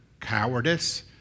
cowardice